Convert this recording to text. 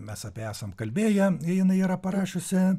mes apie ją esam kalbėję jinai yra parašiusi